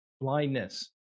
blindness